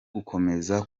gukomeza